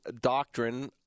doctrine